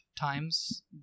times